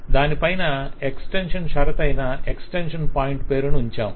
దాని పైన ఎక్స్టెన్షన్ షరతు అయిన ఎక్స్టెన్షన్ పాయింట్ పేరును ఉంచాము